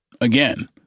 again